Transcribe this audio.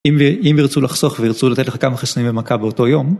אם ירצו לחסוך וירצו לתת לך כמה חיסונים במכה באותו יום.